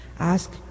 Ask